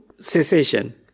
cessation